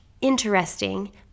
interesting